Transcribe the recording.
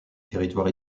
territoire